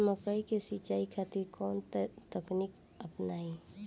मकई के सिंचाई खातिर कवन तकनीक अपनाई?